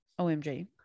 omg